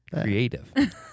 creative